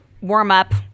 warm-up